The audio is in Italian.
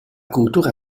cultura